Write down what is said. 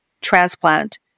transplant